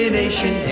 nation